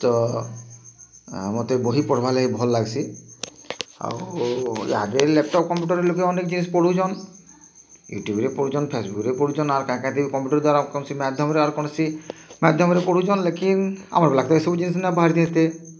ତ ମତେ ବହି ପଢ଼୍ବାର୍ ଲାଗି ଭଲ୍ ଲାଗ୍ସି ଆଉ ଆଗେ ଲ୍ୟାପ୍ଟପ୍ କମ୍ପ୍ୟୁଟର୍ରେ ଲୋକ୍ ଅନେକ୍ ଜିନିଷ୍ ପଢ଼ୁଛନ୍ ୟୁଟୁବ୍ରେ ପଢ଼ୁଛନ୍ ଫେସ୍ବୁକ୍ରେ ପଢ଼ୁଛନ୍ ଆର୍ କାଁ କାଁଥି କମ୍ପ୍ୟୁଟର୍ ଦ୍ଵାରା କୌଣ୍ସି ମାଧ୍ୟମରେ ପଢ଼ୁଛନ୍ ଲେକିନ୍ ଆମ ବେଲେ ତ ଏଇସବୁ ଜିନିଷ୍ ନାଇଁ ବାହାରିଥିତି